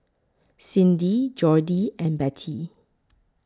Cindy Jordy and Bette